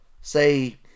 say